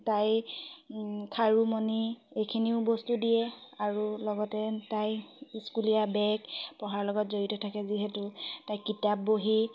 তাই খাৰু মণি এইখিনিও বস্তু দিয়ে আৰু লগতে তাই স্কুলীয়া বেগ পঢ়াৰ লগত জড়িত থাকে যিহেতু তাইক কিতাপ বহি